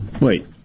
Wait